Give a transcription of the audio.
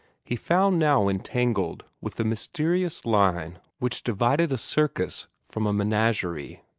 he found now entangled with the mysterious line which divided a circus from a menagerie.